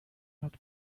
not